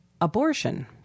abortion